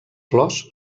flors